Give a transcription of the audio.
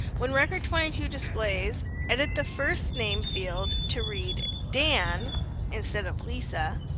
when record twenty two displays, edit the first name field to read dan instead of lisa,